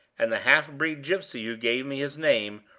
and the half-breed gypsy who gave me his name,